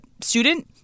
student